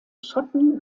schotten